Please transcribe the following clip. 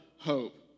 hope